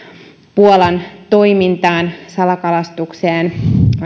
puolan toimintaan salakalastukseen